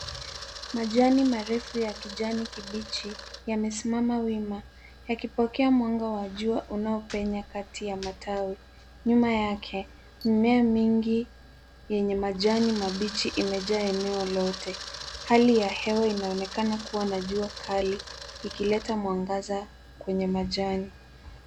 Majani marefu ya kijani kibichi yamesimama wima yakipokea mwanga wa jua unaopenya kati ya matawi. Nyuma yake, mimea mingi yenye majani mabichi imejaa eneo lote. Hali ya hewa inaonekana kuwa na jua kali, likileta mwangaza kwenye majani.